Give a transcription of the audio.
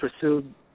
pursued